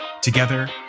Together